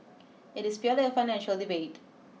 it is purely a financial debate